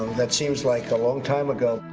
that seems like a long time ago.